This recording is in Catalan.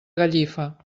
gallifa